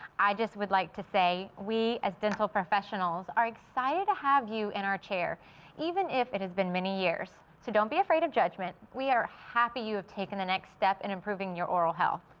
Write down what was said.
i just would like to say we as dental professionals are excited to have you in our chairs even if it has been many years. don't be afraid of judgement. we are happy you have taken the next step in improving your oral health.